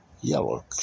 Yellow